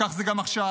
וכך זה גם עכשיו.